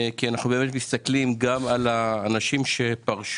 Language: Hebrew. כי אנחנו מסתכלים גם על האנשים שפורשים